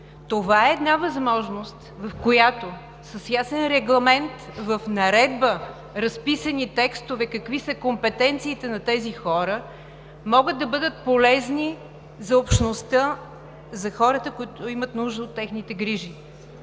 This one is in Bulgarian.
Това е една възможност, в която с ясен регламент в наредба с разписани текстове какви са компетенциите на тези хора, да могат да бъдат полезни за общността, за хората, които имат нужда от техните грижи.